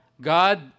God